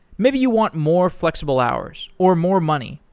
maybe you want more flexible hours, or more money,